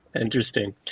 Interesting